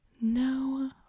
No